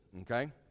okay